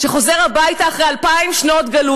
שחוזר הביתה אחרי אלפיים שנות גלות.